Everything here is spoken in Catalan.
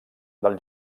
del